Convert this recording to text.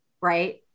right